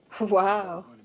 Wow